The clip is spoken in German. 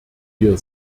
wir